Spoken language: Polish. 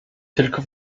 tylko